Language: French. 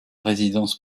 résidences